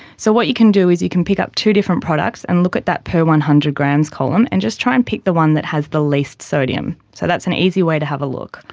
so what you can do is you can pick up two different products and look at that per one hundred grams column and just try and pick the one that has the least sodium. so that's an easy way to have a look.